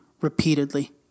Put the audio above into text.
repeatedly